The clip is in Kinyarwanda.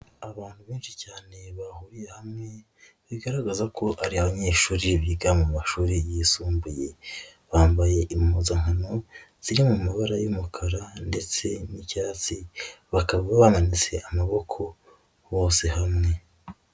Abantu benshi cyane bahuriye hamwe bigaragaza ko ari abanyeshuri biga mu mashuri yisumbuye, bambaye impuzankano ziri mu mabara y'umukara ndetse n'icyatsi, bakaba bamanitse amaboko bose hamwe.